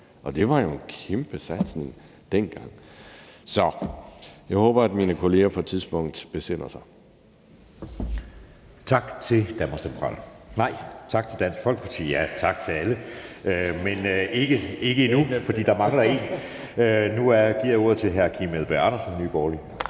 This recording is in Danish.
Det var en kæmpe satsning dengang, så jeg håber, at mine kolleger på et tidspunkt besinder sig.